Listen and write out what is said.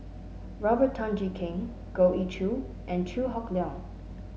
Robert Tan Jee Keng Goh Ee Choo and Chew Hock Leong